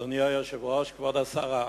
אדוני היושב-ראש, כבוד השרה,